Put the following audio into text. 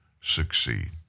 succeed